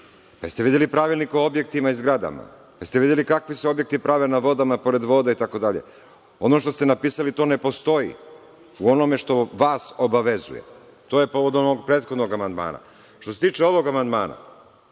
li ste videli Pravilnik o objektima i zgradama? Da li ste videli kakvi se objekti prave na vodama, pored vode itd? Ono što ste napisali, to ne postoji u onome što vas obavezuje. To je povodom prethodnog amandmana. Što se tiče ovog amandmana,